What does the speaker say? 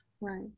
Right